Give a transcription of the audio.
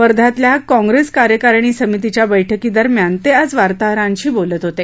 वर्ध्यातल्या काँग्रेस कार्यकारिणी समितीच्या बैठकीदरम्यान ते आज वार्ताहरांशी बोलत होते